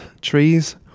trees